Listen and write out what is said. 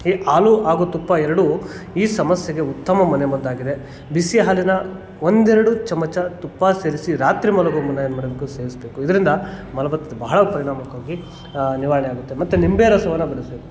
ಈ ಹಾಲು ಹಾಗೂ ತುಪ್ಪ ಎರಡು ಈ ಸಮಸ್ಯೆಗೆ ಉತ್ತಮ ಮನೆ ಮದ್ದಾಗಿದೆ ಬಿಸಿ ಹಾಲಿನ ಒಂದೆರಡು ಚಮಚ ತುಪ್ಪ ಸೇರಿಸಿ ರಾತ್ರಿ ಮಲಗುವ ಮುನ್ನ ಏನು ಮಾಡಬೇಕು ಸೇವಿಸಬೇಕು ಇದರಿಂದ ಮಲಬದ್ಧತೆ ಬಹಳ ಪರಿಣಾಮಕವಾಗಿ ನಿವಾರಣೆ ಆಗುತ್ತೆ ಮತ್ತು ನಿಂಬೆ ರಸವನ್ನು ಬಳಸಬೇಕು